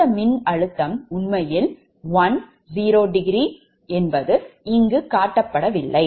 இந்த மின்னழுத்தம் உண்மையில் 1∠0 காட்டப்படவில்லை